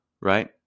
right